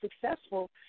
successful